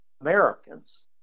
Americans